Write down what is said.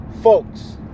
folks